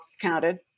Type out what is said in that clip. counted